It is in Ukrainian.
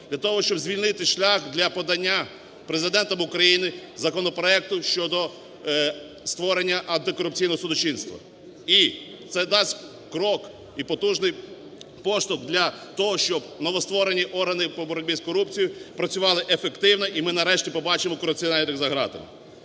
для того, щоб звільнити шлях для подання Президентом України законопроекту щодо створення антикорупційного судочинства. І це дасть крок і потужний поштовх для того, щоб новостворені органи по боротьбі з корупцією працювали ефективно. І ми, нарешті, побачимо корупціонерів за ґратами.